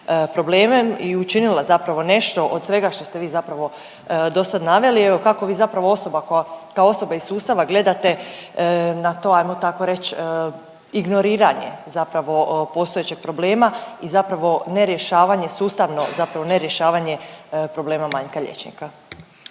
problemom i učinila zapravo nešto od svega što ste vi zapravo do sad naveli. Evo kako vi zapravo osoba koja, kao osoba iz sustava gledate na to ajmo tako reć, ignoriranje zapravo postojećeg problema i zapravo nerješavanje sustavno, zapravo nerješavanje problema manjka liječnika.